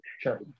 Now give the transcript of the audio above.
Sure